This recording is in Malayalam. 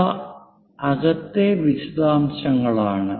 ഇവ അകത്തെ വിശദാംശങ്ങളാണ്